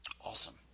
Awesome